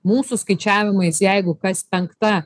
mūsų skaičiavimais jeigu kas penkta